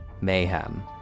mayhem